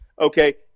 okay